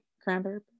cranberry